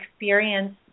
experience